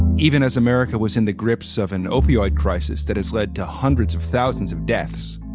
even as america was in the grips of an opioid crisis that has led to hundreds of thousands of deaths